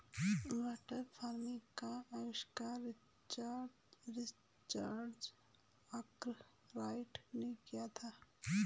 water frame का आविष्कार Richard Arkwright ने किया था